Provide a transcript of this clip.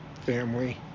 family